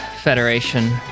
Federation